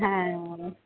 হ্যাঁ